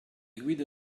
guide